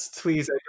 Please